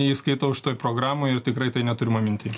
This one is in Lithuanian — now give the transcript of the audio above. neįskaitau šitoj programoj ir tikrai tai neturima minty